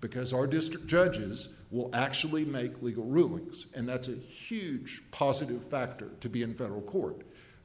because our district judges will actually make legal rulings and that's a huge positive factor to be in federal court